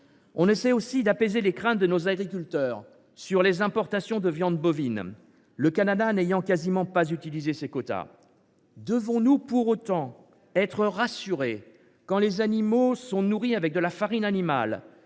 On essaie aussi d’apaiser les craintes de nos agriculteurs sur les importations de viande bovine, le Canada n’ayant quasiment pas utilisé ses quotas. Devons nous cependant être rassurés quand les animaux sont nourris avec de la farine animale,